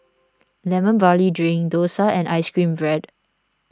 Lemon Barley Drink Dosa and Ice Cream Bread